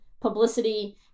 publicity